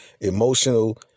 emotional